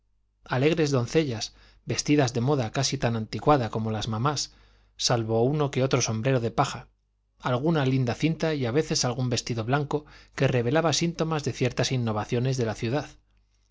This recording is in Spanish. alegres doncellas vestidas de moda casi tan anticuada como las mamás salvo uno que otro sombrero de paja alguna linda cinta y a veces algún vestido blanco que revelaba síntomas de ciertas innovaciones de la ciudad